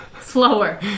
Slower